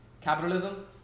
capitalism